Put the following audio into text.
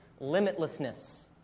limitlessness